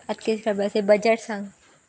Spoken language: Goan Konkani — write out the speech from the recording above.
आतके सबाच बजट सांग